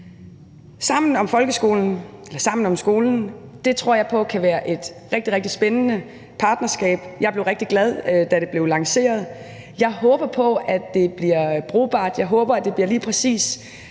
»Sammen om skolen« tror jeg på kan være et rigtig, rigtig spændende partnerskab. Jeg blev rigtig glad, da det blev lanceret, og jeg håber på, at det bliver brugbart, jeg håber, at det bliver lige præcis